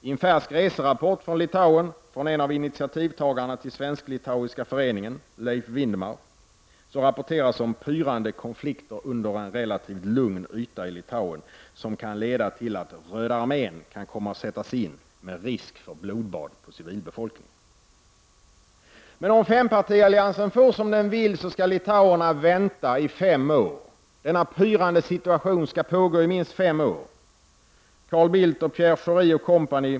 I en färsk reserapport från Litauen redovisar en av initiativtagarna till Svensk-litauiska föreningen, Leif Windmar, pyrande konflikter under en relativt lugn yta i Litauen som kan leda till att ”röda armén kan komma att sättas in med risk för blodbad på civilbefolkningen”. Om fempartialliansen får som den vill, skall litauerna vänta i fem år. Denna situation med pyrande konflikter skall alltså pågå i minst fem år! Carl Bildt, Pierre Schori & Co.